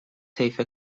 طیف